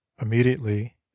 immediately